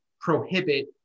prohibit